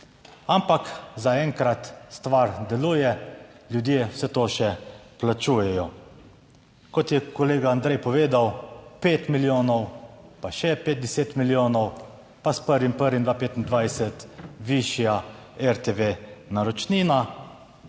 Ampak zaenkrat stvar deluje, ljudje vse to še plačujejo. Kot je kolega Andrej povedal, pet milijonov pa še 5 deset milijonov, pa s 1. 1. 2025 višja RTV naročnina,